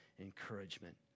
encouragement